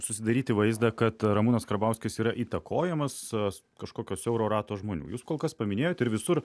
susidaryti vaizdą kad ramūnas karbauskis yra įtakojamas kažkokio siauro rato žmonių jūs kol kas paminėjot ir visur